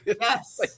Yes